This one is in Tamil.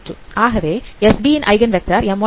ஆகவே SB ன் ஐகன் வெக்டார் m1 m2